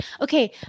okay